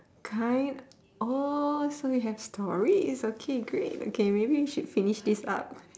kai oh so you have stories okay great okay maybe we should finish this up